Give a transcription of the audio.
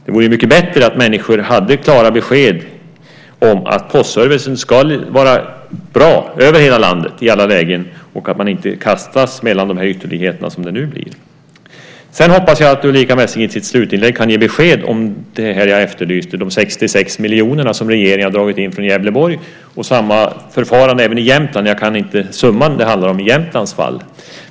Det vore bättre om människor fick klara besked om att postservicen ska vara bra över hela landet i alla lägen så att de inte kastas mellan dessa ytterligheter. Jag hoppas att Ulrica Messing i sitt slutinlägg kan ge besked om det jag efterlyste, nämligen de 66 miljonerna som regeringen har dragit in från Gävleborg. Det är samma förfarande även i Jämtland. Jag kan inte summan i Jämtlands fall.